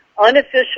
unofficial